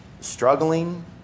struggling